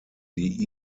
die